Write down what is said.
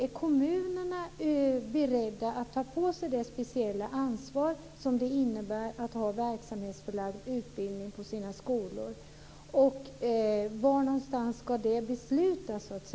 Är kommunerna beredda att ta på sig det speciella ansvar som det innebär att ha verksamhetsförlagd utbildning på sina skolor? Var ska det beslutas?